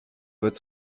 wird